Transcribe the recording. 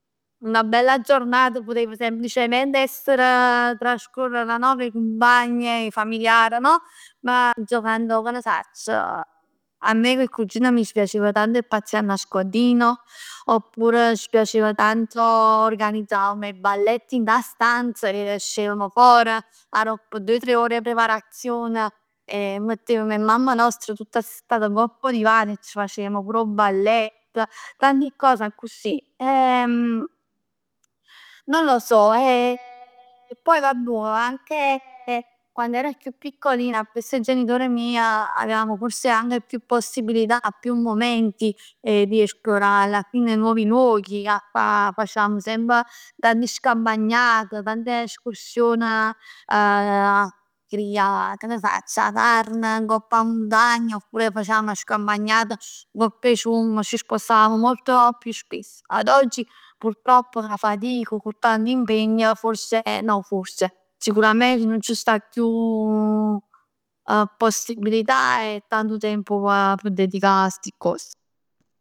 Una bella giornata putev semplicemente essere trascorrerla cu 'e cumpagn, 'e familiar no? Ma giocando, che ne sacc, a me cu 'e cugin meje ci piaceva tanto 'e pazzià a nascondino, oppure ci piacev tanto organizzà 'e balletti dint 'a stanz e ascevem for aropp due tre ore 'e preparazione e mettevem 'e mamme noste tutte assettate ngopp 'o divan e c' facevem pur 'o ballett. Tanti cose accussì. Non lo so poi vabbuo, anche quando era più piccolina, appriess 'e genitor meje avevamo forse anche più possibilità, più momenti di esplorare alla fine nuovi luoghi. Fa- facevamo semp tanti scampagnat, tante escursion 'a griglià, che ne sacc, 'a carn ngopp 'a muntagna, oppure facevamo scampagnate ngopp 'e cium. Ci spostavamo molto più spesso. Ad oggi purtroppo cu 'na fatic e cu tanti impegn, forse, no forse, sicuramente nun c' sta chiù possibilità e tanto tempo 'a dedicà a ste cos.